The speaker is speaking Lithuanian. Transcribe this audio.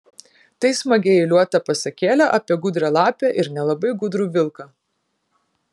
tai smagiai eiliuota pasakėlė apie gudrią lapę ir nelabai gudrų vilką